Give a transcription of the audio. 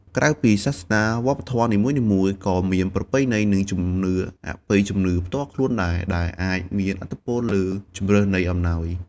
ក្រៅពីសាសនា វប្បធម៌នីមួយៗក៏មានប្រពៃណី និងជំនឿអបិយជំនឿផ្ទាល់ខ្លួនដែរ ដែលអាចមានឥទ្ធិពលលើជម្រើសនៃអំណោយ។